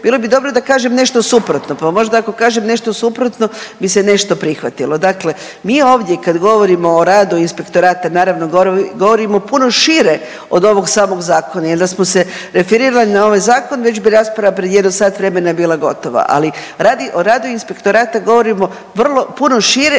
bilo bi dobro da kažem nešto suprotno pa možda ako kažem nešto suprotno bi se nešto prihvatilo. Dakle, mi ovdje kad govorimo o radu i inspektorata, naravno govorimo o puno šire od ovog samog zakona, jer da smo se referirali na ovaj Zakon, već bi rasprava pred jedno sat vremena bila gotova, ali radi, o radu Inspektorata govorimo vrlo, puno šire